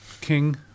king